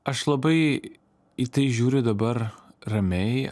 aš labai į tai žiūriu dabar ramiai